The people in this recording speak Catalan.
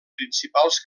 principals